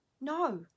No